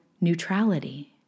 neutrality